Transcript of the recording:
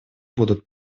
будут